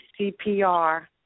CPR